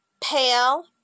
pale